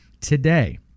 today